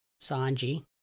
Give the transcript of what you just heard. Sanji